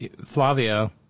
Flavio